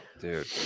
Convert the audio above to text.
Dude